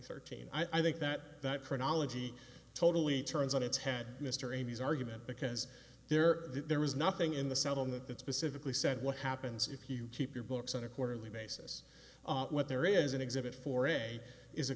thirteen i think that that chronology totally turns on its head mr amy's argument because there there was nothing in the settlement that specifically said what happens if you keep your books on a quarterly basis what there is an exhibit for a is a